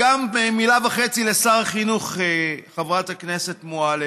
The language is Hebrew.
וגם מילה וחצי לשר החינוך, חברת הכנסת מועלם.